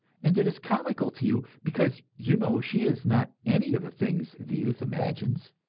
and it is comical to you, because you know she is not any of the things the youth imagines.